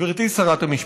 גברתי שרת המשפטים,